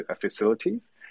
facilities